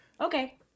Okay